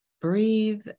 breathe